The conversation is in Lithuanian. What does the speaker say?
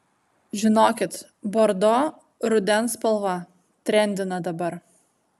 žinokit bordo rudens spalva trendina dabar